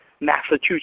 Massachusetts